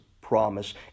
promise